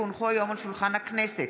כי הונחו היום על שולחן הכנסת,